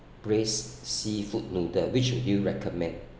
braised seafood noodle which would you recommend